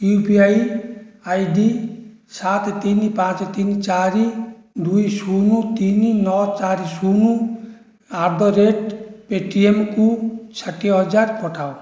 you P I I D ସାତ ତିନି ପାଞ୍ଚ ତିନି ଚାରି ଦୁଇ ଶୂନ ତିନି ନଅ ଚାରି ଶୂନ ଆଟ ଦ ରେଟ୍ ପେଟିଏମ୍କୁ ଷାଠିଏ ହଜାର ପଠାଅ